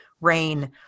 rain